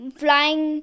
flying